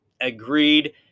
agreed